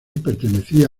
pertenecía